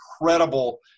incredible